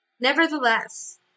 nevertheless